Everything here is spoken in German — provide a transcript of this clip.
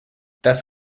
das